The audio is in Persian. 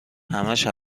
همش